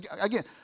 Again